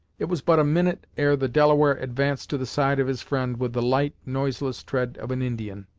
it was but a minute ere the delaware advanced to the side of his friend with the light, noiseless tread of an indian.